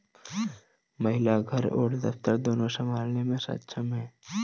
महिला घर और दफ्तर दोनो संभालने में सक्षम हैं